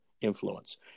influence